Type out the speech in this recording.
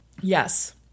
Yes